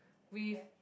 with